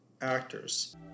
actors